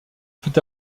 peut